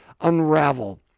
unravel